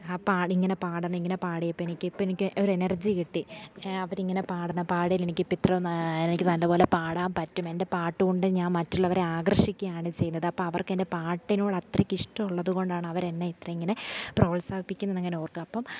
ആ പാട്ടിങ്ങനെ പാടുന്ന ഇങ്ങനെ പാടിയപ്പം എനിക്ക് ഇപ്പം എനിക്ക് ഒരെനർജി കിട്ടി അവരിങ്ങനെ പാടുന്ന പാടിയാലെനിക്കിപ്പം ഇത്ര എനിക്കു നല്ലതു പോലെ പാടാൻ പറ്റും എൻ്റെ പാട്ടു കൊണ്ടു ഞാൻ മറ്റുള്ളവരെ ആകർഷിക്കുകയാണ് ചെയ്യുന്നത് അപ്പം അവർക്കെൻ്റെ പാട്ടിനോടത്രയ്ക്കിഷ്ടമുള്ളതുകൊണ്ടാണവരെന്നെ ഇത്ര ഇങ്ങനെ പ്രോത്സാഹിപ്പിക്കുന്നതെന്നു ഞാനോർക്കുകയാണ് അപ്പം